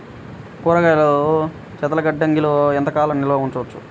కూరగాయలను శీతలగిడ్డంగిలో ఎంత కాలం నిల్వ ఉంచుతారు?